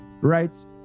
right